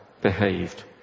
behaved